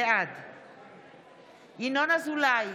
בעד ינון אזולאי,